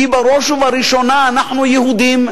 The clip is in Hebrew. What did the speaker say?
כי בראש ובראשונה אנחנו יהודים,